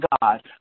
God